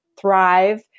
thrive